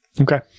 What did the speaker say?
Okay